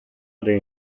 other